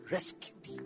Rescued